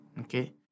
okay